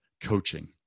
coaching